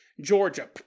Georgia